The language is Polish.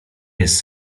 jest